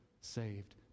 saved